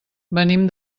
venim